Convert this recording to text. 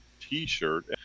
t-shirt